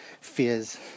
fears